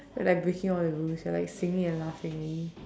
you are like breaking all the rules you are like singing and laughing already